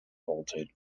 bolted